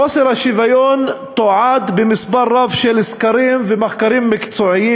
חוסר השוויון תועד במספר רב של סקרים ומחקרים מקצועיים,